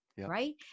Right